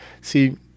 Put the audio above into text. See